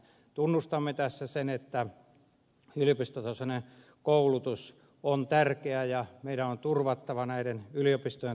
tunnustamme tässä sen että yliopistotasoinen koulutus on tärkeää ja meidän on turvattava näiden yliopistojen toiminta